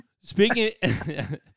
Speaking